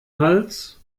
hals